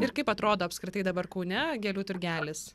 ir kaip atrodo apskritai dabar kaune gėlių turgelis